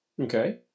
Okay